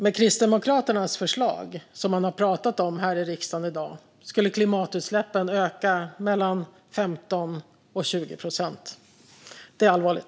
Med Kristdemokraternas förslag, som han har pratat om i riksdagen i dag, skulle klimatutsläppen öka med mellan 15 och 20 procent. Det är allvarligt.